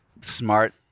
smart